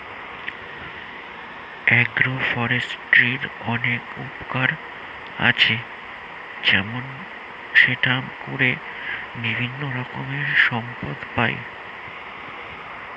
agro ফরেস্ট্রির অনেক উপকার আছে, যেমন সেটা করে বিভিন্ন রকমের সম্পদ পাই